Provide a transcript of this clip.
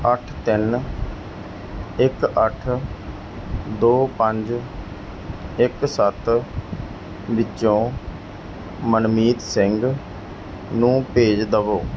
ਅੱਠ ਤਿੰਨ ਇੱਕ ਅੱਠ ਦੋ ਪੰਜ ਇੱਕ ਸੱਤ ਵਿੱਚੋਂ ਮਨਮੀਤ ਸਿੰਘ ਨੂੰ ਭੇਜ ਦੇਵੋ